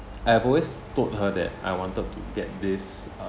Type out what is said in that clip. I've always told her that I wanted to get this